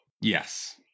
Yes